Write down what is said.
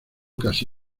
casi